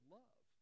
love